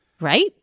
right